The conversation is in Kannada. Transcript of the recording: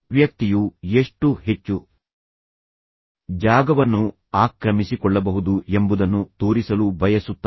ವ್ಯಕ್ತಿಯು ಎಷ್ಟು ಹೆಚ್ಚು ಜಾಗವನ್ನು ಆಕ್ರಮಿಸಿಕೊಳ್ಳಬಹುದು ಎಂಬುದನ್ನು ತೋರಿಸಲು ಬಯಸುತ್ತಾನೆ